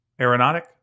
aeronautic